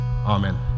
Amen